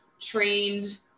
trained